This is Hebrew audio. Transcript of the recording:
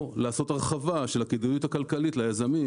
או לעשות הרחבה של הכדאיות הכלכלית ליזמים,